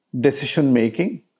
decision-making